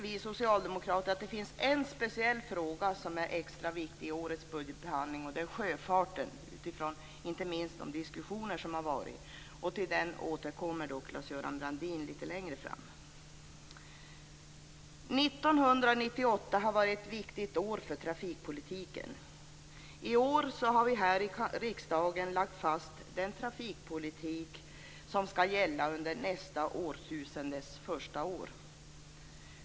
Vi socialdemokrater tycker att det finns en speciell fråga som är extra viktig i årets budgetbehandling. Det är sjöfarten, inte minst utifrån de diskussioner som har förts. Till den frågan återkommer Claes År 1998 har varit ett viktigt år för trafikpolitiken. I år har vi här i riksdagen lagt fast den trafikpolitik som skall gälla under nästa årtusendes första år.